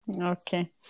okay